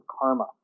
karma